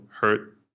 hurt